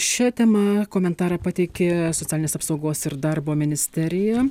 šia tema komentarą pateikė socialinės apsaugos ir darbo ministerija